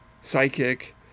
psychic